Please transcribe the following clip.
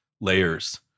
layers